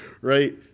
right